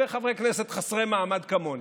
וחברי כנסת חסרי מעמד כמוני,